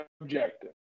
objective